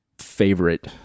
Favorite